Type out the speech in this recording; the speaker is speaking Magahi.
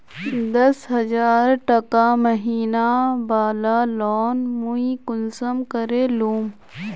दस हजार टका महीना बला लोन मुई कुंसम करे लूम?